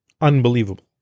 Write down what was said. unbelievable